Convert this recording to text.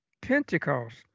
Pentecost